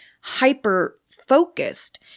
hyper-focused